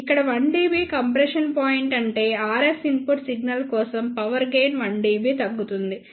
ఇక్కడ 1 dB compression point అంటే RF input signal కోసం పవర్ గెయిన్ 1 dB తగ్గుతుంది